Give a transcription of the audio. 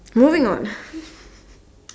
moving on